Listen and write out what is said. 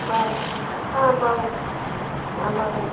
बाय आ बरें आ बरें